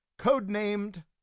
codenamed